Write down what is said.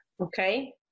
okay